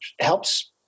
helps